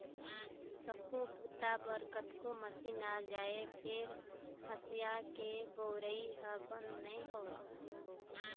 सब्बो बूता बर कतको मसीन आ जाए फेर हँसिया के बउरइ ह बंद नइ होवय